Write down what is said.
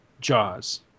Jaws